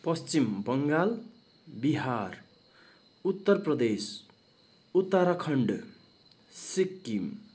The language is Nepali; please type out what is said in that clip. पश्चिम बङ्गाल बिहार उत्तर प्रदेश उत्तराखन्ड सिक्किम